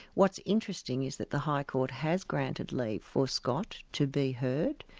what's interesting is that the high court has granted leave for scott to be heard,